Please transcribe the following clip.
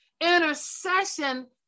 intercession